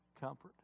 Comfort